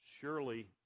Surely